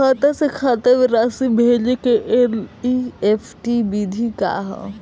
खाता से खाता में राशि भेजे के एन.ई.एफ.टी विधि का ह?